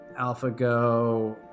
AlphaGo